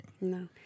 No